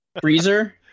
Freezer